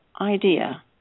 idea